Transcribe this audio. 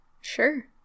Sure